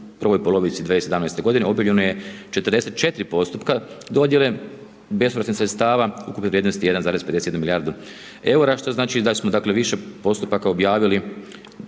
u prvom polovici 2017. g. obavljeno je 44 postupka dodjele bespovratnih sredstava ukupne vrijednosti 1,50 milijardu eura, što znači da smo više postupaka objavili